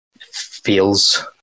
feels